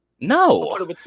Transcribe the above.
No